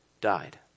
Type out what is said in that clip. died